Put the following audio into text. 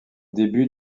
début